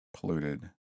Polluted